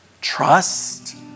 trust